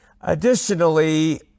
Additionally